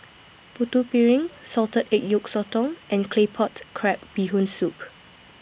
Putu Piring Salted Egg Yolk Sotong and Claypot Crab Bee Hoon Soup